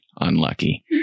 unlucky